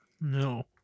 No